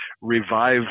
revive